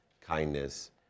kindness